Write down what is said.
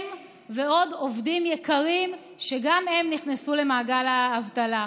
הם ועוד עובדים יקרים, שגם הם נכנסו למעגל האבטלה.